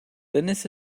linus